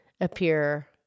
appear